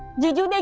did you like